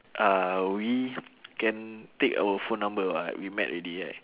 uh we can take our phone number [what] we met already right